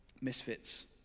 misfits